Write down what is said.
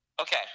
Okay